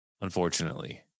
unfortunately